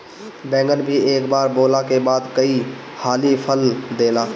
बैगन भी एक बार बोअला के बाद कई हाली फल देला